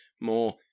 more